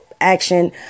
action